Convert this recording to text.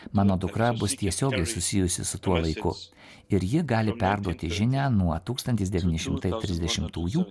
mano dukra bus tiesiogiai susijusi su tuo laiku ir ji gali perduoti žinią nuo tūkstantis devyni šimtai trisdešimtųjų